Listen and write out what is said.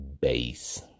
base